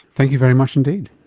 thank you very much indeed.